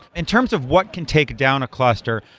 in terms of what can take down a cluster,